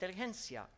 inteligencia